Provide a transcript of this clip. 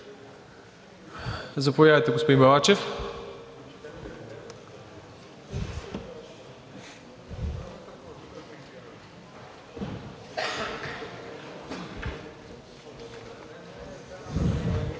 Заповядайте, господин Балачев.